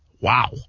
wow